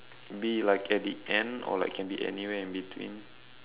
be like at the end or like can be anywhere in between